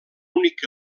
únic